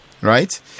Right